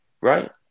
right